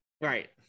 Right